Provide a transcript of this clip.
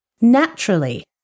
naturally